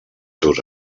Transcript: seus